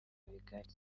bigari